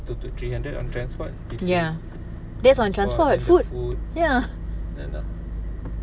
two to three hundred on transport food